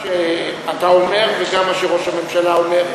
גם מה שאתה אומר וגם מה שראש הממשלה אומר.